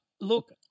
Look